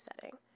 setting